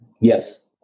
Yes